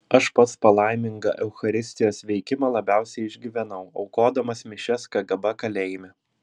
aš pats palaimingą eucharistijos veikimą labiausiai išgyvenau aukodamas mišias kgb kalėjime